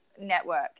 network